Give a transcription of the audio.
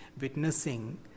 witnessing